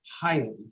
highly